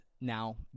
now